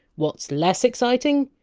what! s less exciting?